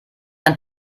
dein